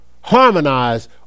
harmonize